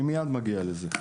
אני מיד מגיע לזה.